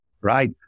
right